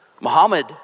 Muhammad